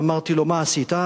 אמרתי לו: מה עשית?